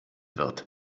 wird